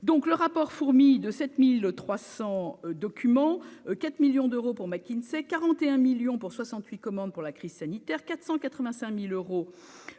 donc le rapport fourmille de 7300 document 4 millions d'euros pour McKinsey 41 millions pour 68 commandes pour la crise sanitaire 485000 euros